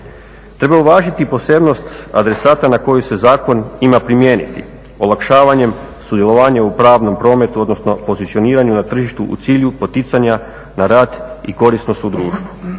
Treba uvažiti posebnost adresata na koju se zakon ima primijeniti olakšavanjem sudjelovanja u pravnom prometu, odnosno pozicioniranju na tržištu u cilju poticanja na rad i korisnost u društvu.